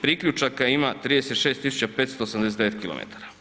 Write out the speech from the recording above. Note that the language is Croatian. Priključaka ima 36 579 km.